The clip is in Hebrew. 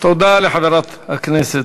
גורי כלבים שקופאים למוות,